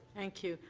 thank you.